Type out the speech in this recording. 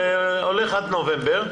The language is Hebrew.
והולך עד נובמבר,